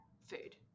food